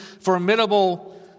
formidable